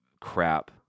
crap